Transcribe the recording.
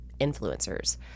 influencers